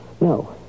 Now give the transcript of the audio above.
No